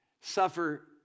suffer